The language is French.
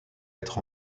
être